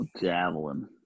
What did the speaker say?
Javelin